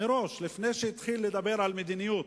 מראש, לפני שהתחיל לדבר על מדיניות,